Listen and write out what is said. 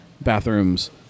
bathrooms